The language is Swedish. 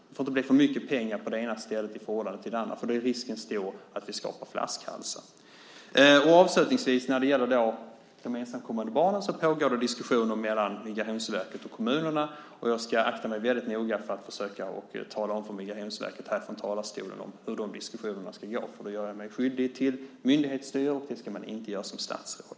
Det får inte bli för mycket pengar på det ena stället i förhållandet till det andra, för då är risken stor att vi skapar flaskhalsar. Avslutningsvis gäller det de ensamkommande barnen. Det pågår diskussioner mellan Migrationsverket och kommunerna, och jag ska akta mig väldigt noga för att försöka tala om för Migrationsverket härifrån talarstolen hur de diskussionerna ska gå, för då gör jag mig skyldig till ministerstyre, och det ska man inte göra som statsråd.